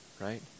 right